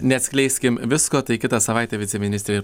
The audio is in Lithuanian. neatskleiskim visko tai kitą savaitę viceministrė ir